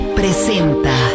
presenta